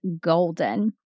golden